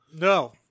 no